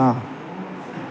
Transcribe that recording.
हां